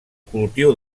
cultiu